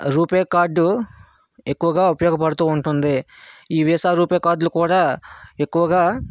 RuPay card ఎక్కువగా ఉపయోగపడుతూ ఉంటుంది ఈ వీసా రూపే కార్డ్లు కూడా ఎక్కువగా